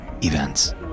events